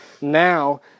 now